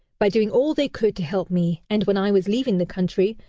by doing all they could to help me, and when i was leaving the country,